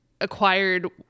acquired